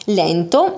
lento